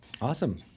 Awesome